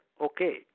okay